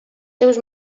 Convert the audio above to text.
seus